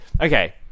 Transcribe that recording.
Okay